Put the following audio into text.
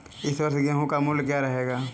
इस वर्ष गेहूँ का मूल्य क्या रहेगा?